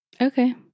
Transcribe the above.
Okay